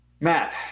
Matt